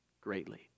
greatly